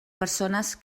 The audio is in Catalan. persones